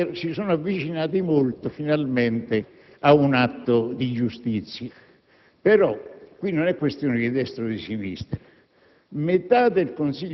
si sono avvicinati molto, finalmente, ad un atto di giustizia. Però - qui non è questione di destra o di sinistra